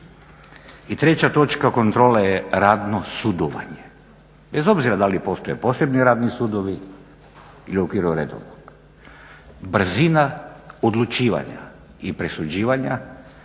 I treća točka kontrole je radno sudovanje. Bez obzira da li postoje posebni radni sudovi ili u okviru redovnih. Brzina odlučivanja i presuđivanja